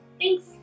thanks